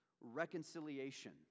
reconciliation